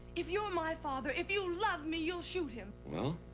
if you're my father, if you love me, you'll shoot him. well,